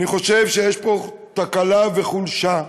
אני חושב שיש פה תקלה וחולשה,